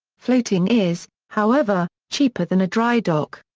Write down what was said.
floating is, however, cheaper than a dry dock.